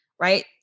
right